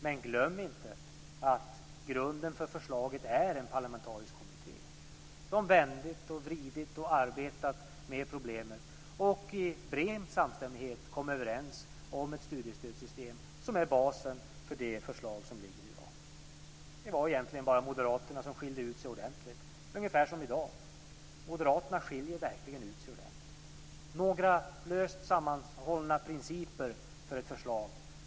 Men glöm inte att grunden för förslaget är en parlamentarisk kommitté som vänt och vridit på problemet och arbetat med det för att i bred samstämmighet komma överens om ett studiestödssystem som är basen för det förslag som ligger i dag. Det var egentligen bara Moderaterna som skilde ut sig ordentligt, ungefär som i dag. Moderaterna skiljer verkligen ut sig ordentligt. Man har lyckats åstadkomma några löst sammanhållna principer för ett förslag.